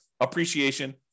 appreciation